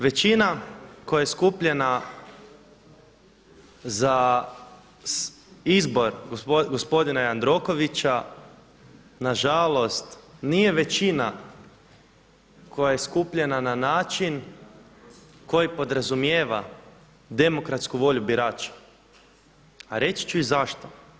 Većina koja je skupljena za izbor gospodina Jandrokovića nažalost nije većina koja je skupljena na način koji podrazumijeva demokratsku volju birača a reći ću i zašto.